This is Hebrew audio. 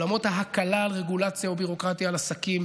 בעולמות ההקלה על רגולציה וביורוקרטיה על עסקים,